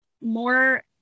more